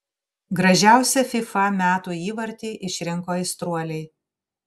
gražiausią fifa metų įvartį išrinko aistruoliai